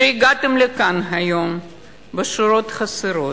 שהגעתם לכאן היום בשורות חסרות,